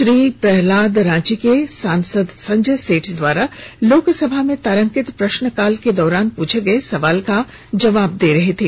श्री पह्लाद रांची के सांसद संजय सेठ द्वारा लोकसभा में तारांकित प्रश्न काल के दौरान पूछे गये सवाल का जवाब दे रहे थे